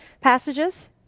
passages